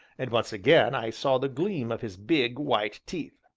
and once again i saw the gleam of his big, white teeth.